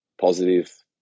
positive